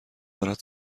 دارد